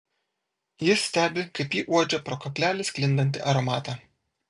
jis stebi kaip ji uodžia pro kaklelį sklindantį aromatą